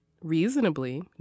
reasonably